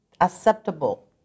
acceptable